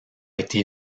été